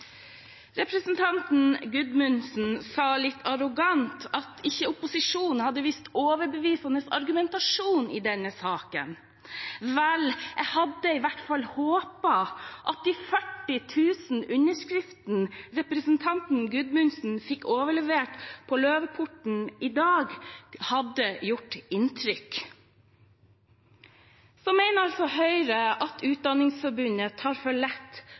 Representanten Gudmundsen sa litt arrogant at opposisjonen ikke hadde vist overbevisende argumentasjon i denne saken. Vel, jeg hadde i hvert fall håpet at de ca. 40 000 underskriftene representanten Gudmundsen fikk overlevert på Løvebakken i dag, hadde gjort inntrykk. Så mener altså Høyre at Utdanningsforbundet tar for lett